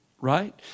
right